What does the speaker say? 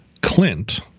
Clint